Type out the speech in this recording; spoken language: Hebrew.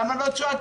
למה לא צועקים?